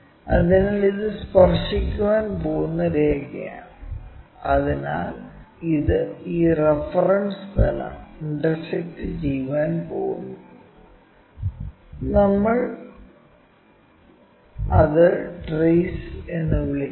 അതിനാൽ ഇത് സ്പർശിക്കാൻ പോകുന്ന രേഖയാണ് അതിനാൽ ഇത് ഈ റഫറൻസ് തലം ഇന്റർസെക്ക്ട് ചെയ്യാൻ പോകുന്നു അത് നമ്മൾ ട്രേസ് എന്ന് വിളിക്കുന്നു